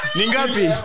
Ningapi